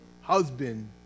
husband